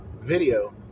video